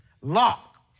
Lock